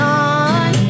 on